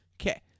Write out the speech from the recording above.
Okay